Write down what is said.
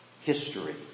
history